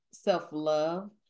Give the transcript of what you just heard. self-love